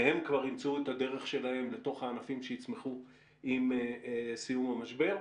והם כבר ימצאו את הדרך שלהם בתוך הענפים שיצמחו עם סיום המשבר.